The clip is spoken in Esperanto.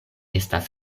estas